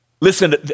Listen